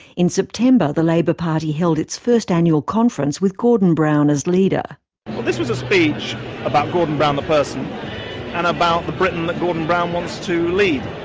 in september, the labour party held its first annual conference with gordon brown as leader. well this is a speech about gordon brown the person and about the britain that gordon brown wants to lead,